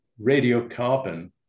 radiocarbon